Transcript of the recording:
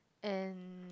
and